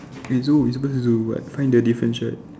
we do we suppose to do what find the difference right